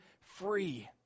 free